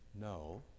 No